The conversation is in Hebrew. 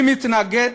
מי מתנגד?